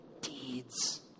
deeds